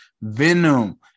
Venom